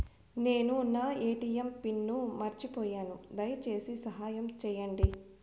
నేను నా ATM pin మర్చిపోయాను, దయచేసి సహాయం చేయండి